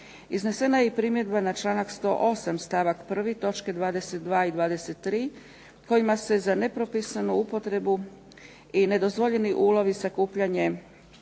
Iznesena je i primjedba na članak 108. stavak 1. točke 22 i 23 kojima se za nepropisanu upotrebu i nedozvoljeni ulov i sakupljanje